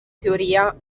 teoria